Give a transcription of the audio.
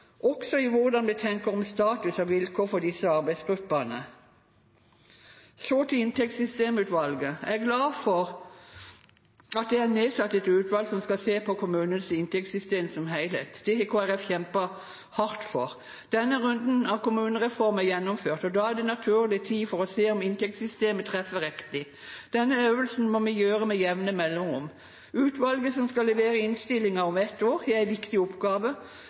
også i hvordan vi tenker om status og vilkår for disse arbeidsgruppene. Så til inntektssystemutvalget. Jeg er glad for at det er nedsatt et utvalg som skal se på kommunenes inntektssystem som helhet, det har Kristelig Folkeparti kjempet hardt for. Denne runden av kommunereformen er gjennomført. Da er det en naturlig tid for å se om inntektssystemet treffer riktig. Denne øvelsen må vi gjøre med jevne mellomrom. Utvalget som skal levere innstillingen om ett år, har en viktig oppgave,